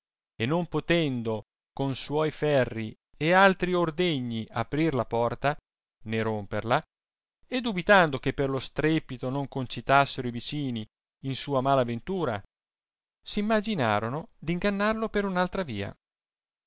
e non potendo con suoi ferri e altri ordegni aprir la porta né romperla e dubitando che per lo strepito non concitassero i vicini in sua mala ventura s imaginarono d'ingannarlo per un'altra via